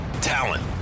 talent